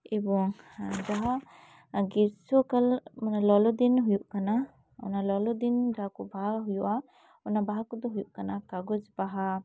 ᱮᱵᱚᱝ ᱮᱱᱨᱮᱦᱚᱸ ᱜᱽᱨᱤᱥᱥᱚ ᱠᱟᱞ ᱢᱟᱱᱮ ᱞᱚᱞᱚ ᱫᱤᱱ ᱦᱩᱭᱩᱜ ᱠᱟᱱᱟ ᱚᱱᱟ ᱞᱚᱞᱚ ᱫᱤᱱ ᱡᱟᱦᱟᱸ ᱠᱚ ᱵᱟᱦᱟ ᱦᱩᱭᱩᱜᱼᱟ ᱚᱱᱟ ᱵᱟᱦᱟ ᱠᱚᱫᱚ ᱦᱩᱭᱩᱜ ᱠᱟᱱᱟ ᱠᱟᱜᱚᱡᱽ ᱵᱟᱦᱟ